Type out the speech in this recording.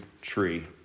tree